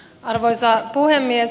arvoisa puhemies